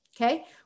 okay